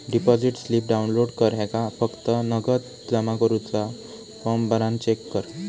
deposit slip download कर ह्येका फक्त नगद जमा करुचो फॉर्म भरान चेक कर